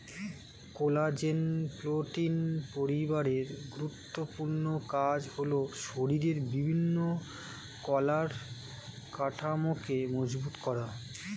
collagen protein পরিবারের গুরুত্বপূর্ণ কাজ হলো শরীরের বিভিন্ন কলার কাঠামোকে মজবুত করা